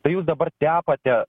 tai jūs dabar tepate